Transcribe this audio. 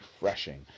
refreshing